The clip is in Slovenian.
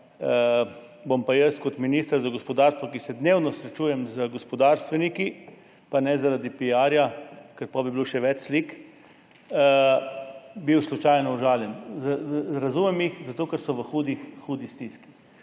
bom pa jaz kot minister za gospodarstvo, ki se dnevno srečujem z gospodarstveniki, pa ne zaradi piarja, ker potem bi bilo še več slik, bil slučajno užaljen. Razumem jih, ker so v zelo hudi stiski.